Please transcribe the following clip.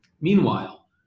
Meanwhile